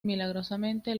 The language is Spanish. milagrosamente